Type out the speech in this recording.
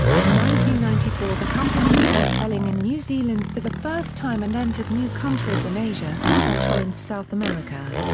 in one ninety four the company began selling in new zealand for the first time and entered new countries in asia and central and south america.